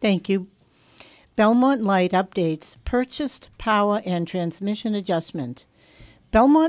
thank you belmont light updates purchased power and transmission adjustment belmont